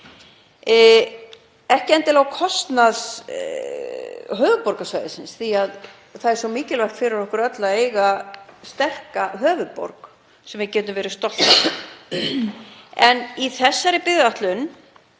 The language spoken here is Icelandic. ekki endilega á kostnað höfuðborgarsvæðisins því að það er mikilvægt fyrir okkur öll að eiga sterka höfuðborg sem við getum verið stolt af. Í þeirri byggðaáætlun